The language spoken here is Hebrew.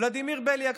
ולדימיר בליאק,